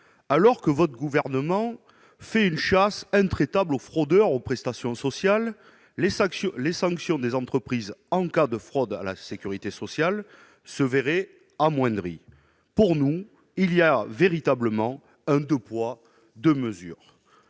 Alors que votre gouvernement a lancé une chasse implacable contre les fraudeurs aux prestations sociales, les sanctions appliquées aux entreprises en cas de fraude à la sécurité sociale se verraient amoindries. Pour nous, il y a véritablement deux poids, deux mesures